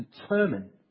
determine